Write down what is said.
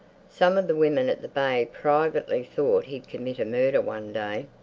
some of the women at the bay privately thought he'd commit a murder one day.